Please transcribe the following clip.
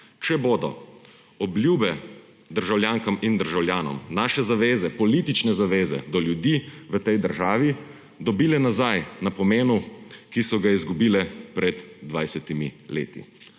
če bodo obljube državljankam in državljanom, naše zaveze, politične zaveze do ljudi v tej državi dobile nazaj na pomenu, ki so ga izgubile pred 20 leti.